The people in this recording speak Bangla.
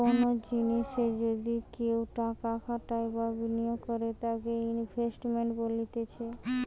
কোনো জিনিসে যদি কেও টাকা খাটাই বা বিনিয়োগ করে তাকে ইনভেস্টমেন্ট বলতিছে